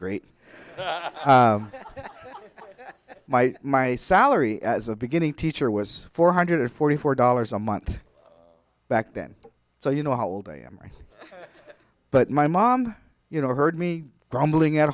great my my salary as a beginning teacher was four hundred forty four dollars a month back then so you know how old i am right but my mom you know heard me grumbling at